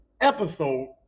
episode